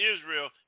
Israel